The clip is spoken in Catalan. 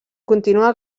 continua